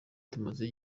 tumaze